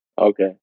Okay